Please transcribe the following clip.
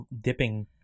dipping